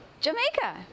Jamaica